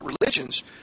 religions